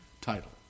title